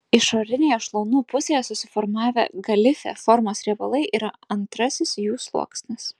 išorinėje šlaunų pusėje susiformavę galifė formos riebalai yra antrasis jų sluoksnis